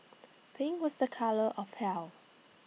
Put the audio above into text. pink was the colour of heal